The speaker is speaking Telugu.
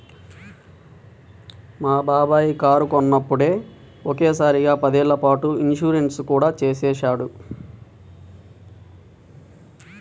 మా బాబాయి కారు కొన్నప్పుడే ఒకే సారిగా పదేళ్ళ పాటు ఇన్సూరెన్సు కూడా చేసేశాడు